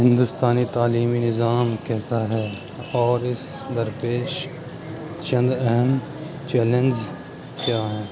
ہندوستانی تعلیمی نظام کیسا ہے اور اس درپیش چند اہم چیلنج کیا ہے